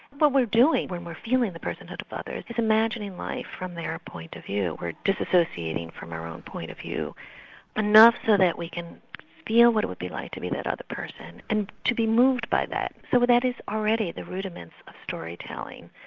what we're doing when we're feeling the personhood of others is imagining life from their point of view we're disassociating from our own point of view enough so that we can feel what it would be like to be that other person and to be moved by that. so that is already the rudiments of storytelling.